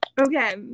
Okay